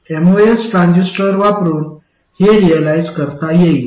MOS transistor वापरुन हे realise करता येईल